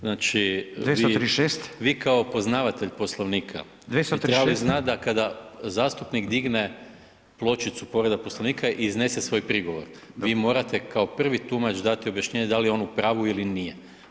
Znači vi kao poznavatelj Poslovnika bi trebali znati da kada zastupnik digne pločicu povreda Poslovnika iznese svoj prigovor, vi morate kao prvi tumač dati objašnjenje da li je on u pravu ili nije.